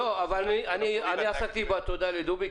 אני עסקתי בתודה לדובי,